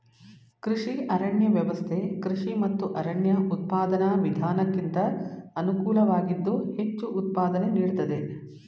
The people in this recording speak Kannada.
ಕೃಷಿ ಅರಣ್ಯ ವ್ಯವಸ್ಥೆ ಕೃಷಿ ಮತ್ತು ಅರಣ್ಯ ಉತ್ಪಾದನಾ ವಿಧಾನಕ್ಕಿಂತ ಅನುಕೂಲವಾಗಿದ್ದು ಹೆಚ್ಚು ಉತ್ಪಾದನೆ ನೀಡ್ತದೆ